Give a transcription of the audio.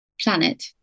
planet